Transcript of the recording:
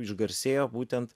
išgarsėjo būtent